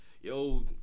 Yo